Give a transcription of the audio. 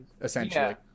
essentially